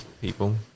people